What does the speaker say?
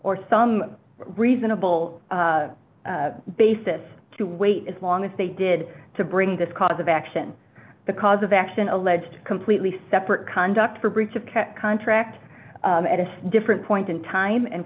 or some reasonable basis to wait as long as they did to bring this cause of action the cause of action alleged completely separate conduct for breach of contract at a different point in time and